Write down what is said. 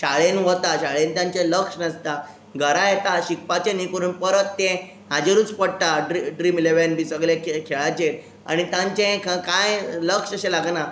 शाळेंत वता शाळेंत तांचें लक्ष नासता घरा येता शिकपाचे न्ही करून परत ते हाजेरूच पडटा ड्री ड्रीम इलॅवॅन बी सगले की खेळाचेर आनी तांचें क कांय लक्ष अशें लागना